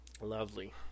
Lovely